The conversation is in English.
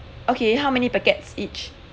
okay how many packets each